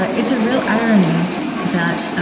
ah it's a real irony that